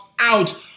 out